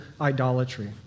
idolatry